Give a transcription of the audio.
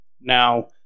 Now